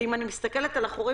ואם אני מסתכלת על החורים,